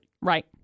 Right